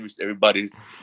everybody's